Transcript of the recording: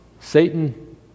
Satan